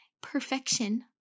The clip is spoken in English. perfection